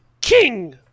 king